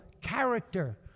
character